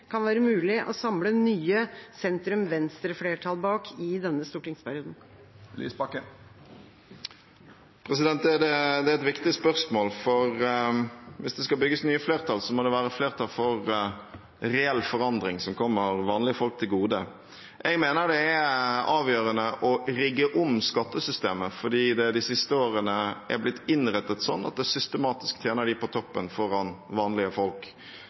kan være mulig å samle nye sentrum–venstre-flertall bak i denne stortingsperioden? Det er et viktig spørsmål, for hvis det skal bygges nye flertall, må det være flertall for reell forandring som kommer vanlige folk til gode. Jeg mener det er avgjørende å rigge om skattesystemet fordi det de siste årene er blitt innrettet sånn at det systematisk tjener dem på toppen foran vanlige folk.